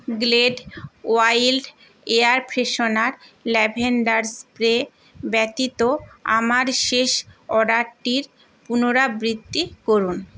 Glade wild air freshener lavender spray ব্যতীত আমার শেষ অর্ডারটির পুনরাবৃত্তি করুন